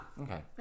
Okay